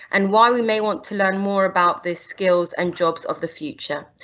and why we may want to learn more about the skills and jobs of the future.